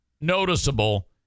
noticeable